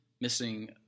missing